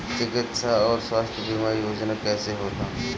चिकित्सा आऊर स्वास्थ्य बीमा योजना कैसे होला?